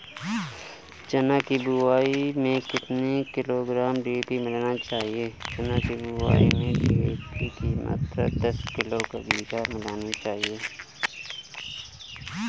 चना की बुवाई में कितनी किलोग्राम डी.ए.पी मिलाना चाहिए?